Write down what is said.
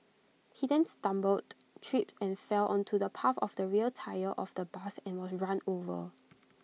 he then stumbled tripped and fell onto the path of the rear tyre of the bus and was run over